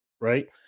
right